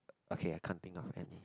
okay I can't think of any